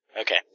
Okay